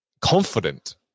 confident